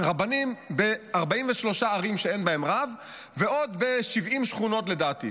רבנים ב-43 ערים שאין בהן רב ובעוד 70 שכונות לדעתי.